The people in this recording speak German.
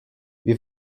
wie